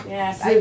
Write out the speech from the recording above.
Yes